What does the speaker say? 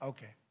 Okay